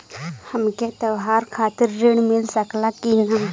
हमके त्योहार खातिर त्रण मिल सकला कि ना?